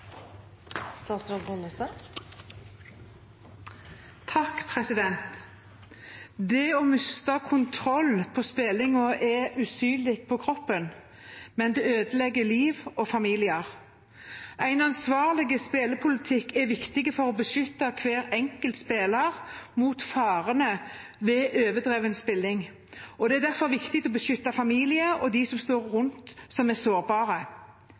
usynlig på kroppen, men det ødelegger liv og familier. En ansvarlig spillpolitikk er viktig for å beskytte hver enkelt spiller mot farene ved overdreven spilling. Det er derfor viktig å beskytte familien og dem som står rundt, som er sårbare.